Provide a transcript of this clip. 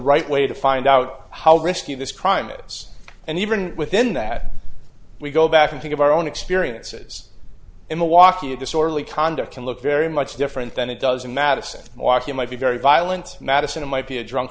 right way to find out how risky this crime is and even within that we go back and think of our own experiences in the walky of disorderly conduct and look very much different than it does in madison walk you might be very violent madison might be a drunk